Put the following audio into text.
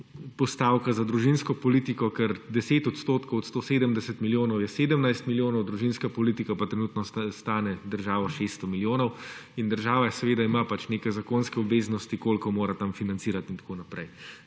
postavka za družinsko politiko, ker 10 % od 170 milijonov je 17 milijonov, družinska politika pa trenutno stane državo 600 milijonov in država ima neke zakonske obveznosti koliko mora tam financirati in tako naprej.